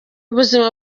buzima